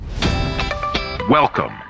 Welcome